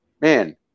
Man